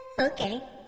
Okay